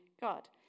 God